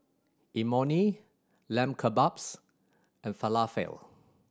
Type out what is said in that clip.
Imoni Lamb Kebabs and Falafel